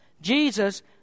Jesus